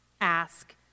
ask